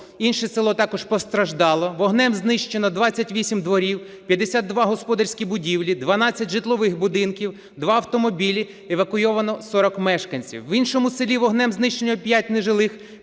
Інше село також постраждало. Вогнем знищено 28 дворів, 52 господарські будівлі, 12 житлових будинків, 2 автомобілі, евакуйовані 40 мешканців. В іншому селі вогнем знищено 5 нежилих